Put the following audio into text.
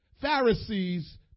Pharisees